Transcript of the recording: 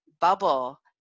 bubble